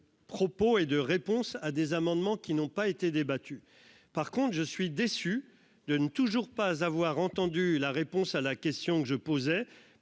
Propos et de réponses à des amendements qui n'ont pas été débattu par contre je suis déçu de ne toujours pas avoir entendu la réponse à la question que je posais